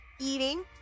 eating